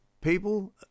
people